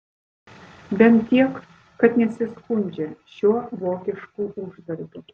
bent tiek kad nesiskundžia šiuo vokišku uždarbiu